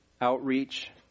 outreach